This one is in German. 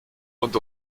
und